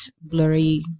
blurry